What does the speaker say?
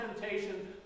temptation